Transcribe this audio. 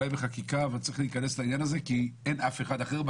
אולי בחקיקה אבל צריך להיכנס לעניין הזה כי אין אף אחד אחר.